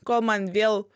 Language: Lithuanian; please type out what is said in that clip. kol man vėl